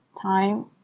time